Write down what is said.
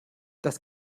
das